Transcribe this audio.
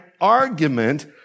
argument